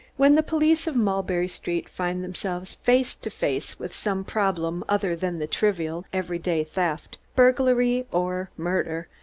when the police of mulberry street find themselves face to face with some problem other than the trivial, every-day theft, burglary or murder,